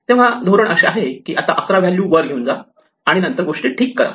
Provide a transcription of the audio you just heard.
तेव्हा धोरण असे आहे की आता 11 ही व्हॅल्यू वर घेऊन जा आणि नंतर गोष्टी ठीक करा